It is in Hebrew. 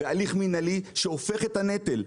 בהליך מינהלי שהופך את הנטל.